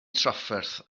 trafferth